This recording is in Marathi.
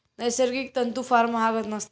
नैसर्गिक तंतू फार महाग नसतात